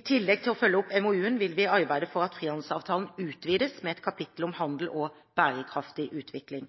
I tillegg til å følge opp MoU-en vil vi arbeide for at frihandelsavtalen utvides med et kapittel om handel og bærekraftig utvikling.